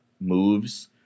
moves